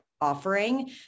offering